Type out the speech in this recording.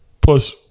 Plus